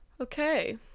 Okay